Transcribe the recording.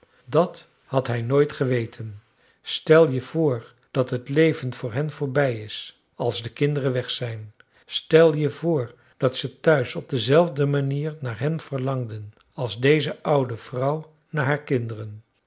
dat had hij nooit geweten stel je voor dat het leven voor hen voorbij is als de kinderen weg zijn stel je voor dat ze thuis op dezelfde manier naar hem verlangden als deze oude vrouw naar haar kinderen